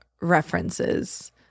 references